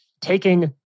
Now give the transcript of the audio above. taking